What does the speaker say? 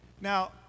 Now